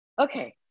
Okay